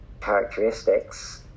characteristics